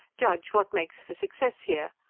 judge what makes for success here,